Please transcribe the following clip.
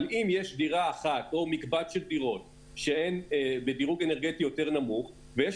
אבל אם יש דירה אחת או מקבץ של דירות שהן בדירוג אנרגטי יותר נמוך ויש